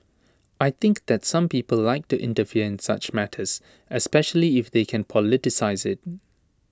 I think that some people like to interfere in such matters especially if they can politicise IT